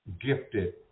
gifted